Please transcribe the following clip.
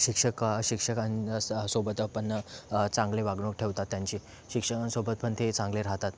शिक्षका शिक्षकां सोबत पण चांगली वागणूक ठेवतात त्यांची शिक्षकांसोबत पण ते चांगले राहतात